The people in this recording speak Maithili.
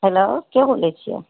हेलो के बोलै छियै